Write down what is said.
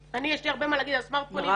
יש לי הרבה מה להגיד על סמרטפונים --- מירב.